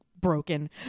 broken